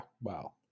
Wow